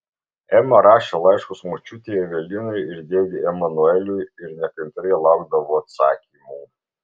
ema rašė laiškus močiutei evelinai ir dėdei emanueliui ir nekantriai laukdavo atsakymų